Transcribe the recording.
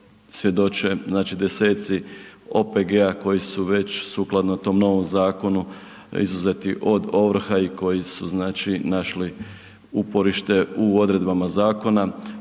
svjedoči desetci OPG-a koji su već sukladno tom novom zakonu izuzeti od ovrha i koji su našli uporište u odredbama zakona.